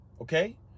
okay